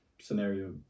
scenario